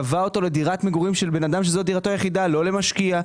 קבע אותו לדירת מגורים של אדם שזוהי דירתו היחידה; לא למשקיע.